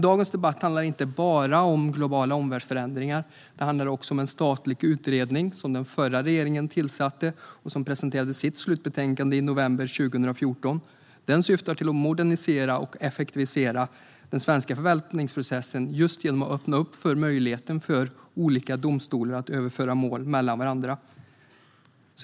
Dagens debatt handlar dock inte bara om globala omvärldsförändringar utan också om en statlig utredning som den förra regeringen tillsatte. Den presenterade sitt slutbetänkande i november 2014. Utredningen syftar till att modernisera och effektivisera den svenska förvaltningsprocessen genom att öppna för möjligheterna för olika domstolar att överföra mål mellan varandra.